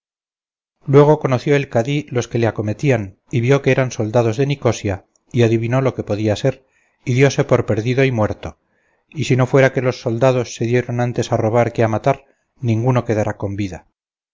luego conoció el cadí los que le acometían y vio que eran soldados de nicosia y adivinó lo que podía ser y diose por perdido y muerto y si no fuera que los soldados se dieron antes a robar que a matar ninguno quedara con vida